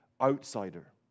outsider